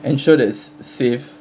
and sure that it's safe